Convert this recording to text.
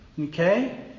okay